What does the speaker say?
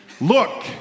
Look